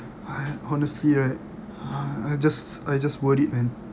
!wah! honestly right I just I just worried man